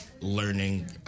learning